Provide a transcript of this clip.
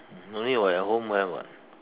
no need [what] at home have [what]